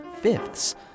fifths